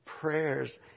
prayers